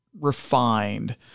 refined